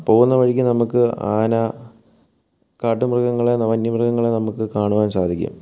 പോകുന്ന വഴിക്ക് നമുക്ക് ആന കാട്ടുമൃഗങ്ങളെ വന്യ മൃഗങ്ങളെ നമുക്ക് കാണുവാൻ സാധിക്കും